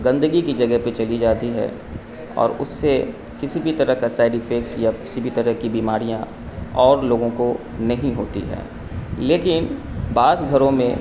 گندگی کی جگہ پہ چلی جاتی ہے اور اس سے کسی بھی طرح کا سائڈ افیکٹ یا کسی بھی طرح کی بیماریاں اور لوگوں کو نہیں ہوتی ہے لیکن بعض گھروں میں